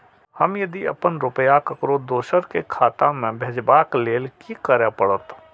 हम यदि अपन रुपया ककरो दोसर के खाता में भेजबाक लेल कि करै परत?